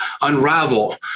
unravel